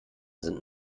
sind